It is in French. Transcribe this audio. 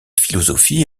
philosophie